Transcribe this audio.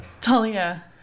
Talia